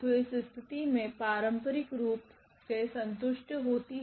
जो इस स्थिति मे पारंपरिक रूप से संतुष्ट होती है